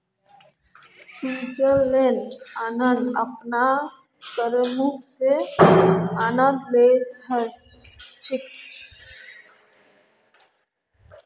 स्विट्जरलैंडेर लोग अपनार देशत करमुक्त क्षेत्रेर आनंद ली छेक